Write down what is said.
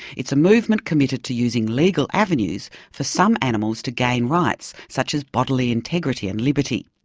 it's a movement committed to using legal avenues for some animals to gain rights, such as bodily integrity and liberty.